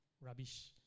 rubbish